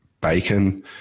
bacon